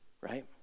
right